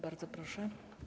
Bardzo proszę.